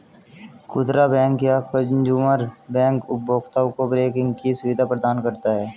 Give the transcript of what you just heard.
खुदरा बैंक या consumer bank उपभोक्ताओं को बैंकिंग की सुविधा प्रदान करता है